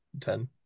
ten